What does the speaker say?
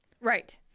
right